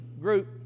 group